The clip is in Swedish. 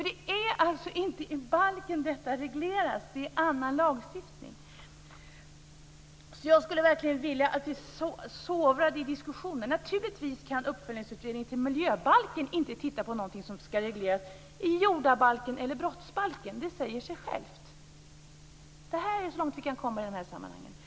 Det är alltså inte i balken detta regleras, utan det är i annan lagstiftning. Jag skulle verkligen vilja att vi sovrade i diskussionen. Naturligtvis kan uppföljningsutredningen till miljöbalken inte titta på någonting som ska regleras i jordabalken eller brottsbalken; det säger sig självt. Det här är så långt vi kan komma i de här sammanhangen.